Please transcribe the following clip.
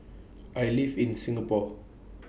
I live in Singapore